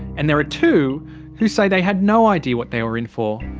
and there are two who say they had no idea what they were in for.